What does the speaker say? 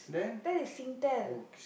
that is Singtel